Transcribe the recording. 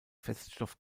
feststoff